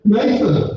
Nathan